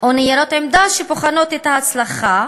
או ניירות עמדה שבוחנים את ההצלחה